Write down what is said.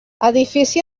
edifici